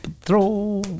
throw